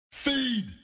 Feed